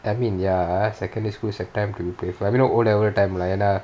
I mean ya secondary school that time we were playful I don't know O level time lah என்ன:enna